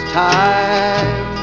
time